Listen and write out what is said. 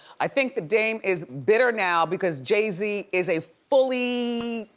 i think the dame is bitter now because jay z is a fully.